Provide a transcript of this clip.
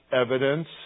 evidence